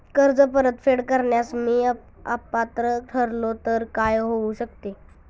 कर्ज परतफेड करण्यास मी अपात्र ठरलो तर काय होऊ शकते?